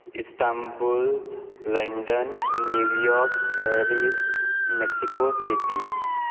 Istanbul London New York Paris Mexico city